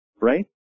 right